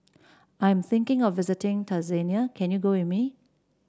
I am thinking of visiting Tanzania can you go with me